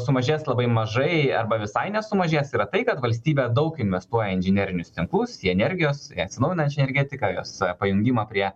sumažės labai mažai arba visai nesumažės yra tai kad valstybė daug investuoja į inžinerinius tinklus į energijos į atsinaujinančią energetiką jos pajungimą prie